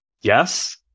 Yes